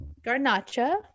garnacha